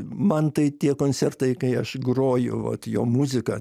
man tai tie koncertai kai aš groju vat jo muziką